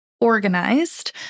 organized